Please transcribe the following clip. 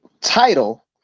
title